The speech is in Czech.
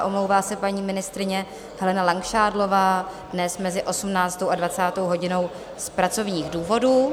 Omlouvá se paní ministryně Helena Langšádlová dnes mezi 18. a 20. hodinou z pracovních důvodů.